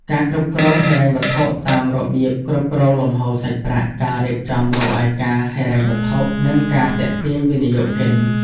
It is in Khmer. ការគ្រប់គ្រងហិរញ្ញវត្ថុតាមរបៀបគ្រប់គ្រងលំហូរសាច់ប្រាក់ ការរៀបចំរបាយការណ៍ហិរញ្ញវត្ថុ និងការទាក់ទាញវិនិយោគិន ។